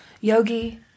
yogi